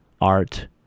art